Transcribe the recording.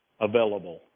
available